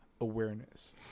awareness